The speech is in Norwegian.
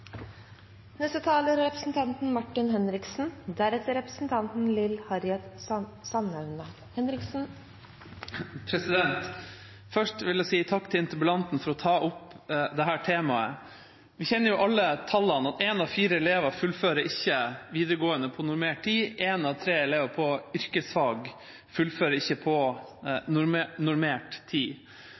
Først vil jeg si takk til interpellanten for å ta opp dette temaet. Vi kjenner jo alle tallene: En av fire elever fullfører ikke videregående på normert tid, en av tre elever på yrkesfag fullfører ikke på normert tid.